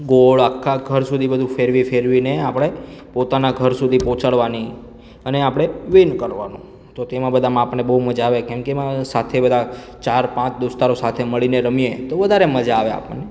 ગોળ આખા ઘર સુધી બધું ફેરવી ફેરવીને આપણે પોતાના ઘર સુધી પહોંચાડવાની અને આપણે વિન કરવાનું તો તેમાં બધામાં આપણને બહુ મજા આવે કેમ કે એમાં સાથે બધા ચાર પાંચ દોસ્તારો સાથે મળીને રમીએ તો વધારે મજા આવે આપણને